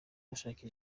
bashakisha